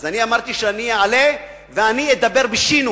אז אני אמרתי שאני אעלה ואני אדבר בשינוי.